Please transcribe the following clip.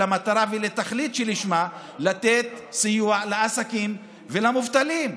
למטרה ולתכלית: לתת סיוע לעסקים ולמובטלים.